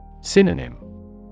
Synonym